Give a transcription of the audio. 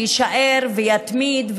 שיישאר ויתמיד,